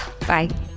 Bye